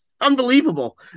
Unbelievable